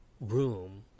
room